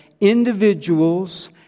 individuals